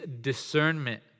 discernment